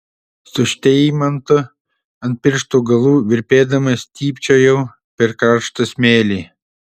su šteimantu ant pirštų galų virpėdama stypčiojau per karštą smėlį